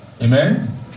Amen